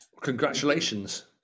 congratulations